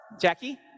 Jackie